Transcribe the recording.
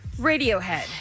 Radiohead